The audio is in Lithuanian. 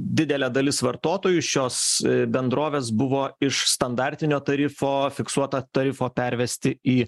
didelė dalis vartotojų šios bendrovės buvo iš standartinio tarifo fiksuoto tarifo pervesti į